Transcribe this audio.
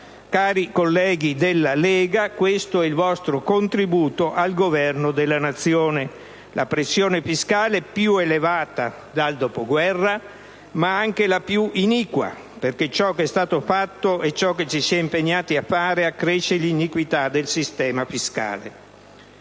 Cari colleghi della Lega, questo è il vostro contributo al governo della Nazione: la pressione fiscale più elevata dal dopoguerra, ma anche la più iniqua, perché ciò che è stato fatto e ciò che ci si è impegnati a fare accresce l'iniquità del sistema fiscale.